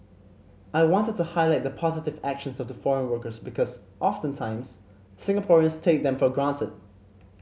I wanted to highlight the positive actions of the foreign workers because often times Singaporeans take them for granted